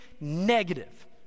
negative